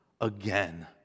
again